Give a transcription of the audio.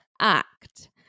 act